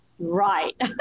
Right